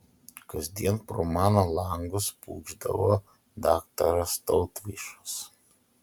kasdien pro mano langus pūkšdavo daktaras tautvaišas